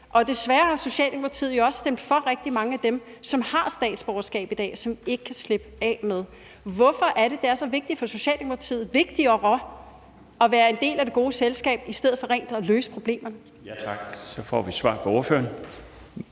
Desværre har Socialdemokratiet jo også stemt for rigtig mange af dem, som har statsborgerskab i dag, og som vi ikke kan slippe af med. Hvorfor er det, det er så vigtigt for Socialdemokratiet – vigtigere – at være en del af det gode selskab i stedet for at løse problemerne? Kl. 16:11 Den fg. formand